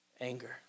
anger